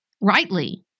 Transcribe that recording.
rightly